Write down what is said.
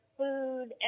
food